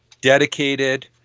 dedicated